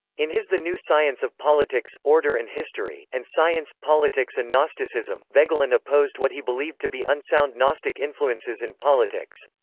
in his the new science of politics, order and history, and science, politics and gnosticism, voegelin opposed what he believed to be unsound gnostic influences in politics.